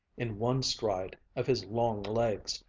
in one stride of his long legs,